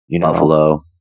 Buffalo